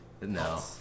no